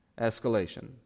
escalation